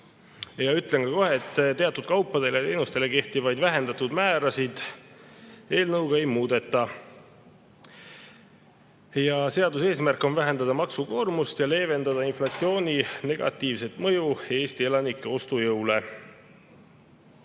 Ütlen kohe, et teatud kaupadele ja teenustele kehtivaid vähendatud määrasid eelnõuga ei muudeta. Seaduse eesmärk on vähendada maksukoormust ja leevendada inflatsiooni negatiivset mõju Eesti elanike ostujõule.